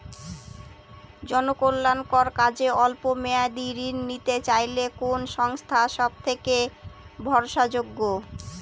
জনকল্যাণকর কাজে অল্প মেয়াদী ঋণ নিতে চাইলে কোন সংস্থা সবথেকে ভরসাযোগ্য?